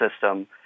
system